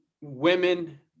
women